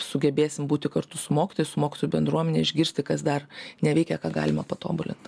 sugebėsim būti kartu su mokytojais su mokytojų bendruomene išgirsti kas dar neveikia ką galima patobulint